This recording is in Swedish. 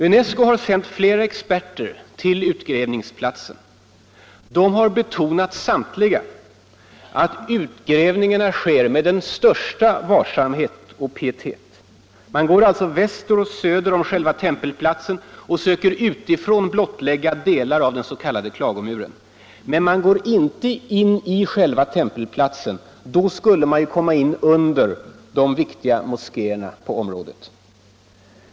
UNESCO har sänt flera experter till utgrävningsplatsen. De har samtliga betonat att utgrävningarna görs med den största varsamhet och pietet. Man går väster och söder om själva tempelplatsen och söker utifrån blottlägga delar av den s.k. Klagomuren. Men man går inte i i själva tempelplatsen, då skulle man komma in under de viktiga moskéerna på området.